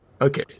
Okay